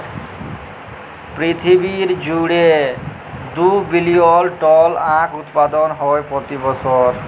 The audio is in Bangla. পিরথিবী জুইড়ে দু বিলিয়ল টল আঁখ উৎপাদল হ্যয় প্রতি বসর